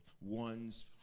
one's